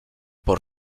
por